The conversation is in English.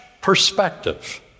perspective